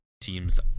teams